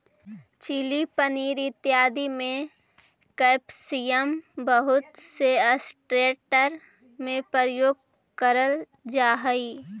chilli paneer इत्यादि में capsicum बहुत से रेस्टोरेंट में उपयोग करल जा हई